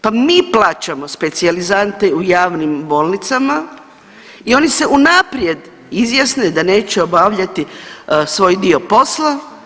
Pa mi plaćamo specijalizante u javnim bolnicama i oni se unaprijed izjasne da neće obavljati svoj dio posla.